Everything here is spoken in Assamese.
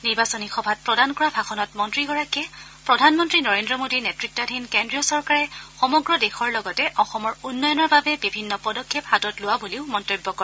নিৰ্বাচনী সভাত প্ৰদান কৰা ভাষণত মন্ত্ৰীগৰাকীয়ে প্ৰধানমন্ত্ৰী নৰেন্দ্ৰ মোডীৰ নেতৃতাধীন কেন্দ্ৰীয় চৰকাৰে সমগ্ৰ দেশৰ লগতে অসমৰ উন্নয়নৰ বাবে বিভিন্ন পদক্ষেপ হাতত লোৱা বুলি মন্তব্য কৰে